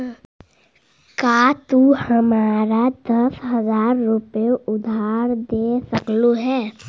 का तू हमारा दस हज़ार रूपए उधार दे सकलू हे?